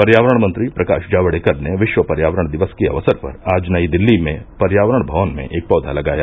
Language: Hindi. पर्यावरण मंत्री प्रकाश जावडेकर ने विश्व पर्यावरण दिवस के अवसर पर आज नई दिल्ली में पर्यावरण भवन में एक पौधा लगाया